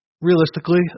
realistically